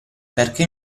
perché